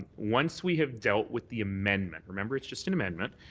once we have dealt with the amendment, remember, it's just an amendment,